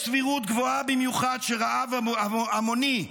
יש סבירות גבוהה במיוחד שרעב המוני,